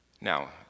Now